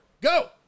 Go